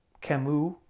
Camus